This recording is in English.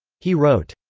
he wrote,